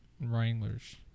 wranglers